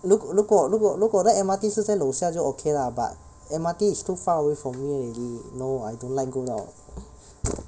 如果如果如果如果那 M_R_T 是在楼下就 okay lah but M_R_T is too far away from me already no I don't like going out